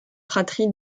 fratrie